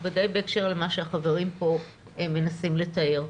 בוודאי בהקשר למה שהחברים פה מנסים לתאר.